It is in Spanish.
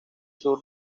sur